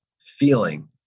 feeling